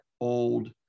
old